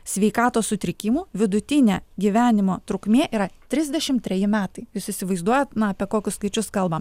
sveikatos sutrikimų vidutinė gyvenimo trukmė yra trisdešimt treji metai jūs įsivaizduojat na apie kokius skaičius kalba